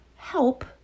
help